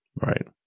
Right